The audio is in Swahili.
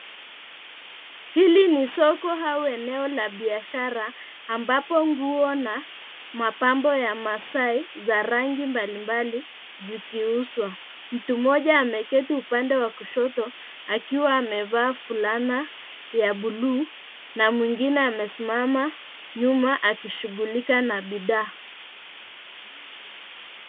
Hili ni soko au eneo la biashara ambapo nguo na mapambo ya maasai za rangi mbalimbali zikiuzwa. Mtu mmoja ameketi upande wa kushoto akiwa amevaa fulana ya buluu na mwingine amesimama nyuma akishughulika na bidhaa.